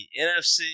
NFC